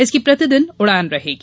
इसकी प्रतिदिन उड़ान रहेगी